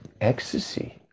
ecstasy